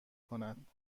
کند